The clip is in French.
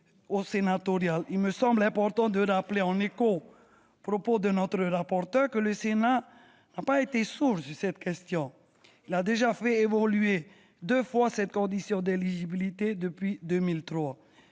Il me semble important de rappeler, en écho aux propos de notre rapporteur, que le Sénat n'a pas été sourd sur cette question. Il a déjà fait évoluer deux fois cette condition d'éligibilité depuis 2003.